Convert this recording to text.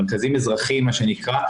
מרכזים אזרחיים מה שנקרא,